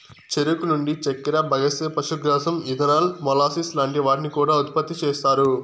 చెరుకు నుండి చక్కర, బగస్సే, పశుగ్రాసం, ఇథనాల్, మొలాసిస్ లాంటి వాటిని కూడా ఉత్పతి చేస్తారు